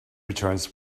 returns